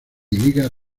ligas